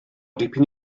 dipyn